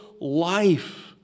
life